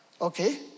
okay